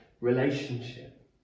relationship